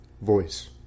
Voice